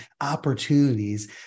opportunities